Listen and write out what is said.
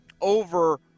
over